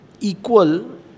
equal